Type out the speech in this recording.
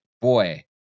boy